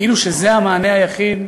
כאילו זה המענה היחיד.